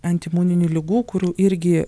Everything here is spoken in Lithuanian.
antiimuninių ligų kurių irgi